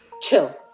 chill